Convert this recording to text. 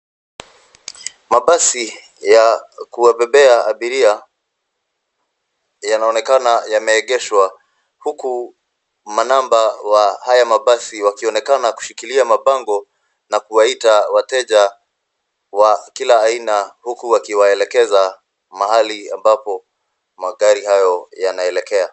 Mabasi ya kuwabebea abiria yanaonekana yameegeshwa huku manamba wa haya mabasi wakionekana kushikilia mabango na kuwaita wateja wa kila aina huku wakiwaelekeza mahali magari hayo yanaelekea.